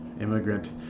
Immigrant